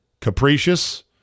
capricious